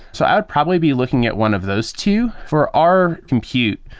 so i'd probably be looking at one of those two. for our compute,